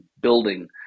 building